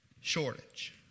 shortage